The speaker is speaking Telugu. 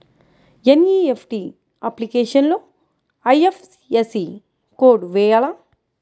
ఎన్.ఈ.ఎఫ్.టీ అప్లికేషన్లో ఐ.ఎఫ్.ఎస్.సి కోడ్ వేయాలా?